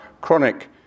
chronic